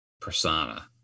persona